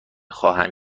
خواهم